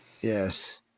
Yes